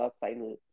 final